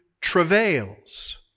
travails